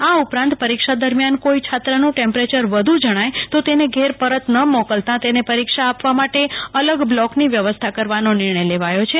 આ ઉપરાંત પરીક્ષા દરમ્યાન કોઈ છાત્રનું ટેમ્પરેચર વધુ જણાય તો તેને ઘેરપરત ન મોકલતા તેને પરીક્ષા આપવા માટે અલ બ્લોકની વ્યવસ્થા કરવાનો નિર્ણય લેવાયો છે